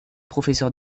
professeur